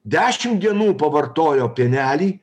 dešim dienų pavartojo pienelį